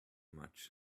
much